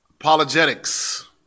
Apologetics